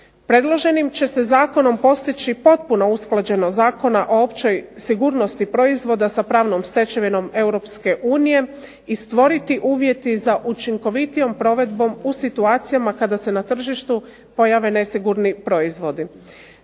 Predloženim će se zakonom postići potpuna usklađenost Zakona o općoj sigurnosti proizvoda sa pravnom stečevinom EU i stvoriti uvjeti za učinkovitijom provedbom u situacijama kada se na tržištu pojave nesigurni proizvodi.